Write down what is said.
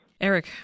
Eric